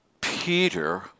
Peter